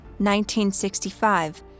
1965